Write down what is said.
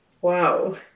Wow